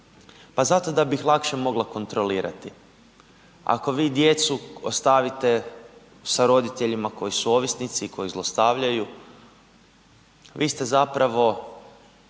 pa zato da bih lakše mogla kontrolirati. Ako vi djecu ostavite sa roditeljima koji su ovisnici i koji zlostavljaju, vi ste zapravo